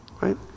Right